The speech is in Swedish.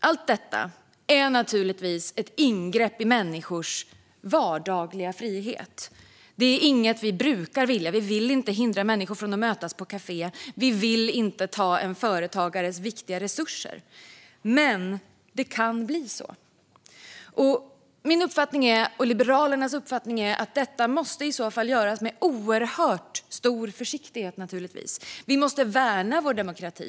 Allt detta är naturligtvis ingrepp i människors vardagliga frihet. Det är inget vi brukar vilja. Vi vill inte hindra människor från att mötas på ett kafé. Vi vill inte ta en företagares viktiga resurser. Men det kan bli så. Min och Liberalernas uppfattning är att detta naturligtvis måste göras med oerhört stor försiktighet. Vi måste värna vår demokrati.